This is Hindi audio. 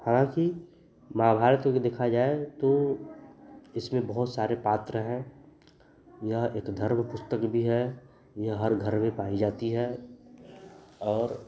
हालाँकि महाभारत में भी देखा जाए तो इसमें बहुत सारे पात्र हैं यह एक धर्म पुस्तक भी है यह हर घर में पाया जाता है और